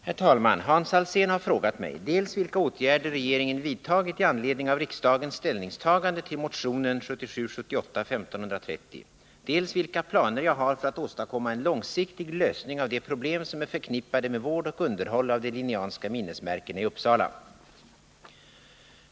Herr talman! Hans Alsén har frågat mig dels vilka åtgärder regeringen vidtagit i anledning av riksdagens ställningstagande till motionen 1977/ 78:1530, dels vilka planer jag har för att åstadkomma en långsiktig lösning av de problem som är förknippade med vård och underhåll av de Linnéanska minnesmärkena i Uppsala.